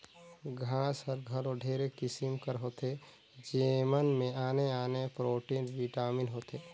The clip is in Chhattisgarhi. घांस हर घलो ढेरे किसिम कर होथे जेमन में आने आने प्रोटीन, बिटामिन होथे